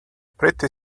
pretty